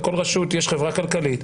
לכל רשות יש חברה כלכלית,